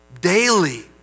daily